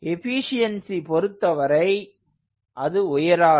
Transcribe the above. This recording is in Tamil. எஃபீஷியன்ஸி பொருத்தவரை அது உயராது